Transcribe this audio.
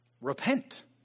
repent